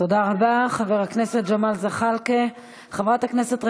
תודה רבה, חבר הכנסת ג'מאל זחאלקה.